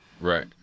Right